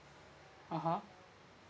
ah ha